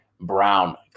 Brown